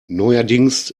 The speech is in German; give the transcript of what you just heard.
neuerdings